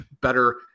better